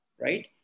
right